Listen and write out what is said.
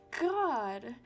god